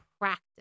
practice